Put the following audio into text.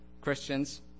Christians